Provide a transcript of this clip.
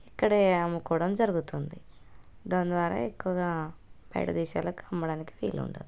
ఇక్కడే అమ్ముకోవడం జరుగుతుంది దాని ద్వారా ఎక్కువగా బయట దేశాలకి అమ్మడానికి వీలుండదు